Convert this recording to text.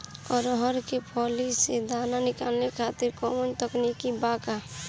अरहर के फली से दाना निकाले खातिर कवन तकनीक बा का?